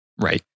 Right